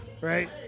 right